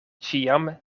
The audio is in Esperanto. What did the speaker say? ĉiam